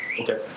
Okay